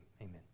Amen